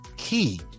key